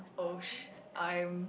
oh sh~ I am